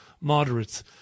moderates